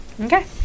Okay